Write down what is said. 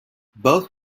both